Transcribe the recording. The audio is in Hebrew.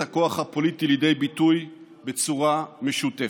הכוח הפוליטי לידי ביטוי בצורה משותפת.